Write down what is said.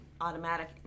automatic